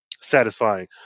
satisfying